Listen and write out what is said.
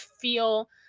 feel